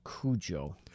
Cujo